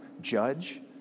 judge